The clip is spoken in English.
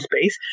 space